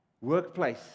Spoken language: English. workplace